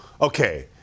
okay